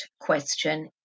question